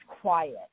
quiet